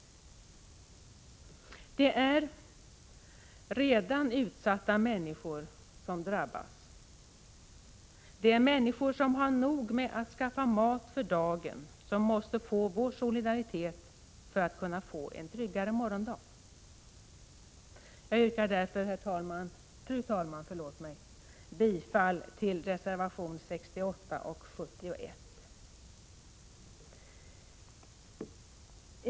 Det är redan utsatta människor som drabbas. Det är människor som har nog med att skaffa mat för dagen som behöver vår solidaritet för att kunna få en tryggare morgondag. Jag yrkar därför, fru talman, bifall till reservationerna 68 och 71.